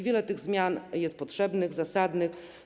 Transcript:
Wiele tych zmian jest potrzebnych, zasadnych.